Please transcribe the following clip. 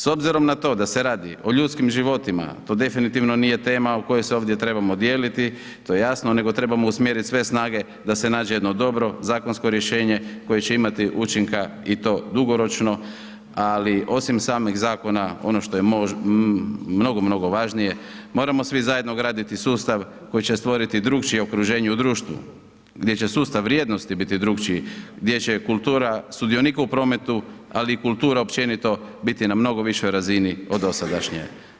S obzirom na to da se radi o ljudskim životima, to definitivno nije tema u kojoj se ovdje trebamo dijeliti, to jasno, nego trebamo usmjeriti sve snage da se nađe jedno dobro zakonsko rješenje koje će imati učinka i to dugoročno, ali osim samih zakona, ono što je mnogo, mnogo važnije, moramo svi zajedno graditi sustav koji će stvoriti drukčije okruženje u društvu, gdje će sustav vrijednosti biti drukčiji, gdje će kultura sudionika u prometu, ali i kultura općenito biti na mnogo višoj razini od dosadašnje.